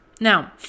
Now